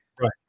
right